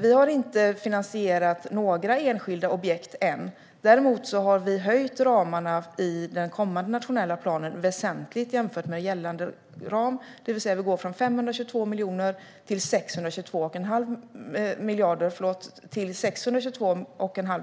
Vi har inte finansierat några enskilda objekt än. Däremot har vi höjt ramarna i den kommande nationella planen väsentligt jämfört med gällande ram, det vill säga vi går från 522 miljarder till 622 1⁄2